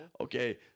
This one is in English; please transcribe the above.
Okay